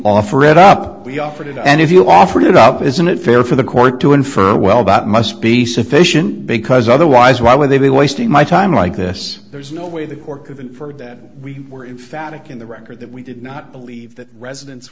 offer it up we offered it and if you offered it up isn't it fair for the court to infer well that must be sufficient because otherwise why would they be wasting my time like this there's no way the cork of inferred that we were in phatic in the record that we did not believe that residen